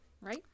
Right